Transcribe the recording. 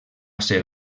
ser